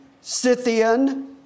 Scythian